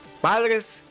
Padres